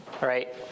right